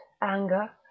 anger